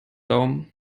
daumen